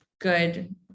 good